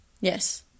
Yes